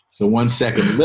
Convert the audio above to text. so one second